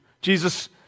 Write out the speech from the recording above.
Jesus